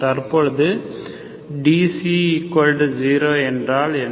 தற்பொழுது dξ0 என்றால் என்ன